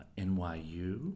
NYU